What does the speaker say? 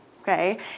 Okay